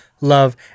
love